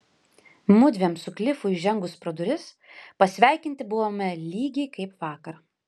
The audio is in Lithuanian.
mudviem su klifu įžengus pro duris pasveikinti buvome lygiai kaip vakar